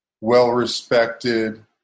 well-respected